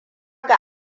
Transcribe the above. ga